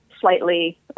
slightly